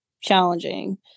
challenging